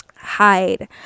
hide